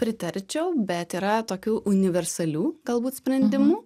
pritarčiau bet yra tokių universalių galbūt sprendimų